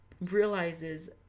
realizes